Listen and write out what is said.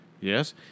Yes